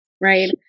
right